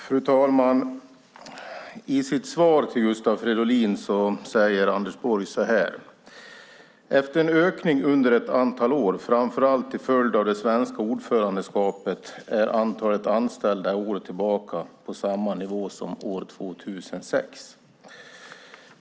Fru talman! I sitt svar till Gustav Fridolin säger Anders Borg så här: "Efter en ökning under ett antal år, framför allt till följd av det svenska ordförandeskapet, är antalet anställda i år tillbaka på samma nivå som 2006."